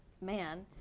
man